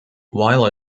while